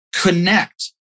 connect